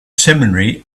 seminary